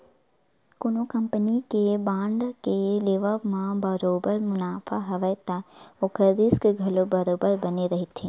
कोनो कंपनी के बांड के लेवब म बरोबर मुनाफा हवय त ओखर रिस्क घलो बरोबर बने रहिथे